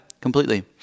completely